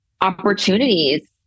opportunities